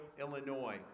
Illinois